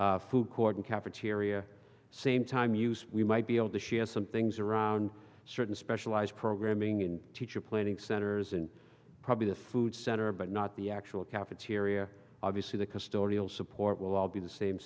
commons food court and cafeteria same time use we might be able to share some things around certain specialized programming teacher planning centers and probably the food center but not the actual cafeteria obviously the custodial support will all be the same